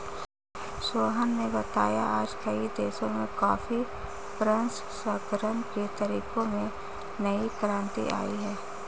सोहन ने बताया आज कई देशों में कॉफी प्रसंस्करण के तरीकों में नई क्रांति आई है